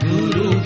Guru